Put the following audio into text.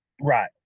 Right